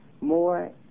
more